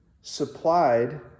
supplied